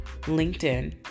LinkedIn